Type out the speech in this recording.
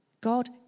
God